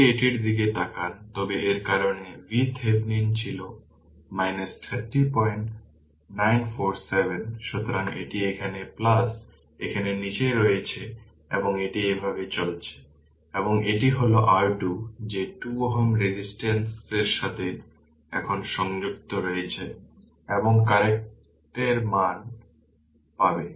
আপনি যদি এটির দিকে তাকান তবে এর কারণ VThevenin ছিল 30947 সুতরাং এটি এখানে এখানে নীচে রয়েছে এবং এটি এইভাবে চলছে এবং এটি হল R2 যে 2 Ω রেজিস্টেন্স সাথে এখন সংযুক্ত রয়েছে এবং কারেন্টের মান পাবে